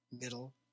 middle